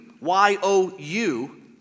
Y-O-U